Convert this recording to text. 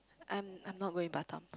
I'm I'm not going Batam